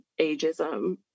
ageism